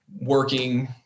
working